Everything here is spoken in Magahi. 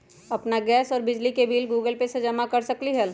अपन गैस और बिजली के बिल गूगल पे से जमा कर सकलीहल?